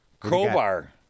Crowbar